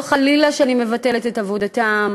לא שאני חלילה מבטלת את עבודתם